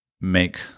make